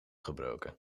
gebroken